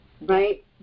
Right